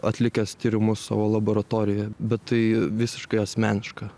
atlikęs tyrimus savo laboratorijoje bet tai visiškai asmeniška